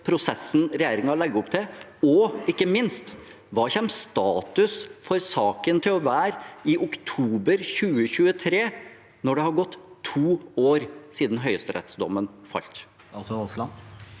prosessen regjeringen legger opp til? Og ikke minst: Hva kommer status for saken til å være i oktober 2023, når det har gått to år siden høyesterettsdommen falt?